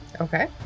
Okay